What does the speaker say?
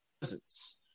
presence